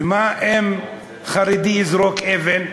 ומה אם חרדי יזרוק אבן?